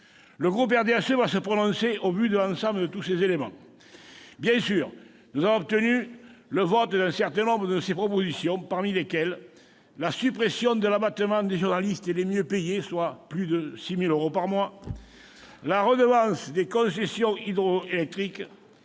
Le groupe du RDSE va se prononcer au vu de tous ces éléments. Bien entendu, nous avons obtenu le vote d'un certain nombre de nos propositions, parmi lesquelles la suppression de l'abattement des journalistes les mieux payés, c'est-à-dire ceux qui touchent plus de 6 000 euros par mois, la redevance des concessions hydroélectriques,